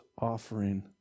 offering